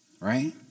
Right